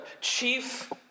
chief